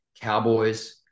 cowboys